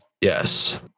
Yes